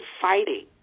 fighting